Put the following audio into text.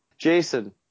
Jason